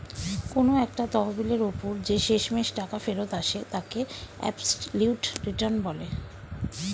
কোন একটা তহবিলের ওপর যে শেষমেষ টাকা ফেরত আসে তাকে অ্যাবসলিউট রিটার্ন বলে